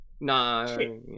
no